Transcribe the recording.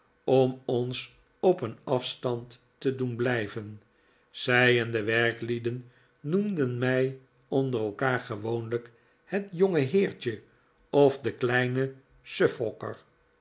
om ons op een afstand te doen blijven zij en de werklieden noemden mij onder elkaar gewoqnlijk het jongeheertje of de kleine suffolker